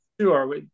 Sure